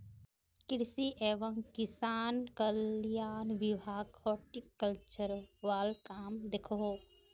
कृषि एवं किसान कल्याण विभाग हॉर्टिकल्चर वाल काम दखोह